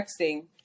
texting